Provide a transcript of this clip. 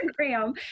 Instagram